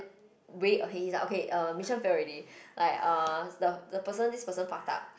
way ahead he's like okay uh mission fail already like uh the the person this person fucked up